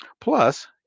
Plus